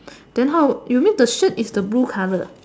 then how you mean the shirt is the blue color